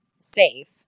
safe